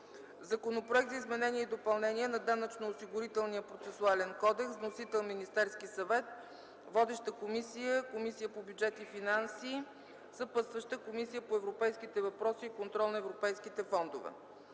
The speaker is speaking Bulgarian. Законопроект за изменение и допълнение на Данъчно-осигурителния процесуален кодекс. Вносител е Министерският съвет. Водеща е Комисията по бюджет и финанси. Съпътстваща е Комисията по европейските въпроси и контрол на европейските фондове;